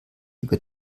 über